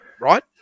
right